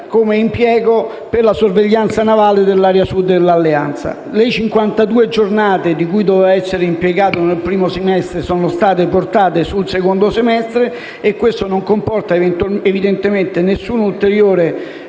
ancora richiesta per la sorveglianza navale dell'aerea Sud dell'Alleanza. Le cinquantadue giornate in cui doveva essere impiegata nel primo semestre sono state spostate sul secondo semestre e questo non comporta evidentemente alcun ulteriore